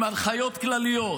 עם הנחיות כלליות.